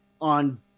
On